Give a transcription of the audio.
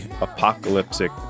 apocalyptic